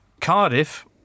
Cardiff